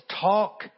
talk